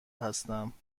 هستم